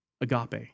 agape